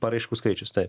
paraiškų skaičius taip